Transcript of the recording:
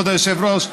כבוד היושב-ראש,